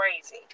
crazy